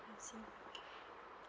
mm I see okay